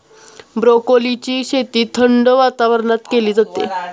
ब्रोकोलीची शेती थंड वातावरणात केली जाते